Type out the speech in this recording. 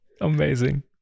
Amazing